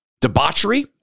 debauchery